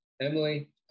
Emily